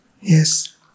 Yes